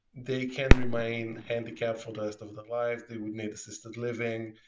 they can remain handicapped for the rest of the life, they would need assisted living,